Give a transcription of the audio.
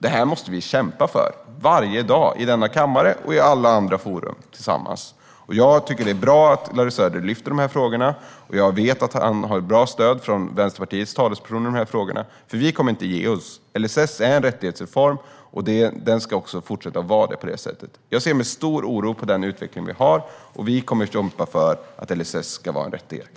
Detta måste vi kämpa för tillsammans varje dag i denna kammare och i alla andra forum. Jag tycker att det är bra att Larry Söder lyfter upp de här frågorna. Jag vet att han har ett bra stöd från Vänsterpartiets talesperson i frågorna. Vi kommer inte att ge oss. LSS är en rättighetsreform, och den ska också fortsätta att vara det. Jag ser med stor oro på den utveckling vi har. Vi kommer att kämpa för att LSS ska vara en rättighet.